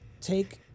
take